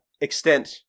extent